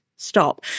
stop